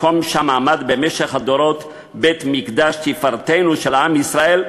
מקום שם עמד במשך הדורות בית-מקדש תפארתנו של עם ישראל,